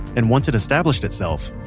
and once it established itself,